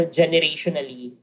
generationally